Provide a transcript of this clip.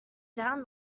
down